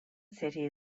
city